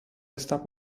resta